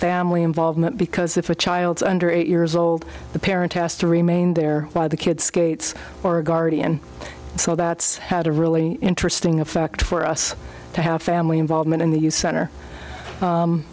family involvement because if a child under eight years old the parent has to remain there by the kid skates or a guardian so that's had a really interesting effect for us to have family involvement in the use center